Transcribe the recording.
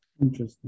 Interesting